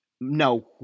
No